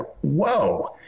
whoa